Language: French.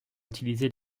utiliser